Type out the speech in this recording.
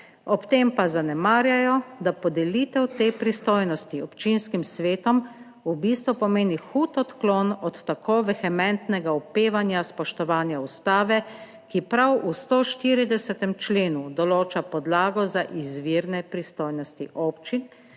ob tem pa zanemarjajo, da podelitev te pristojnosti občinskim svetom v bistvu pomeni hud odklon od tako vehementnega opevanja spoštovanja Ustave, ki prav v 140. členu določa podlago za izvirne pristojnosti občin,